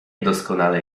doskonale